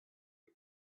but